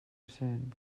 cent